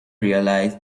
realise